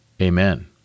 amen